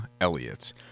Elliott